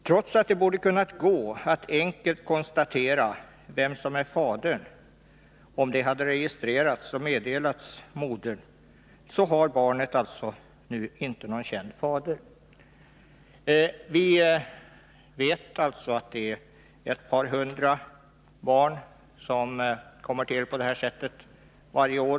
Trots att det borde ha kunnat gå att enkelt konstatera vem som är fadern, om detta registrerats och meddelats modern, har barnet inte någon känd fader nu. Vi vet alltså att det är ett par hundra barn som kommer till på det här sättet varje år.